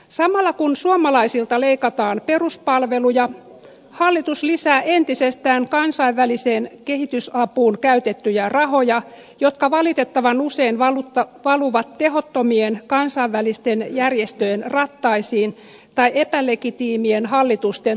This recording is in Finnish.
samalla kun suomalaisilta leikataan peruspalveluja hallitus lisää entisestään kansainväliseen kehitysapuun käytettyjä rahoja jotka valitettavan usein valuvat tehottomien kansainvälisten järjestöjen rattaisiin tai epälegitiimien hallitusten taskuihin